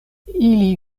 ili